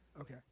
Okay